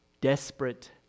desperate